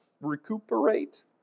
Recuperate